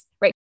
right